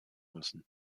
müssen